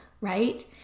right